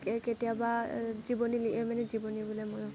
কেতিয়াবা জীৱনী জীৱনী বোলে মইয়ো